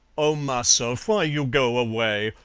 oh, massa, why you go away?